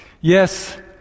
Yes